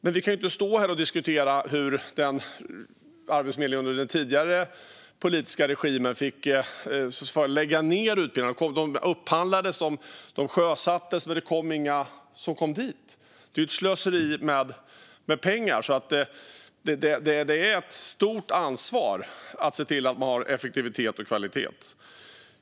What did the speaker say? Men vi kan inte stå här och diskutera hur Arbetsförmedlingen under den tidigare politiska regimen fick lägga ned utbildningar. De upphandlades och sjösattes, men ingen kom dit. Det är ett slöseri med pengar. Så det är ett stort ansvar att se till att man har effektivitet och kvalitet.